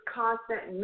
constant